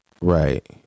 Right